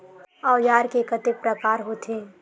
औजार के कतेक प्रकार होथे?